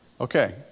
Okay